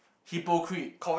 hypocrite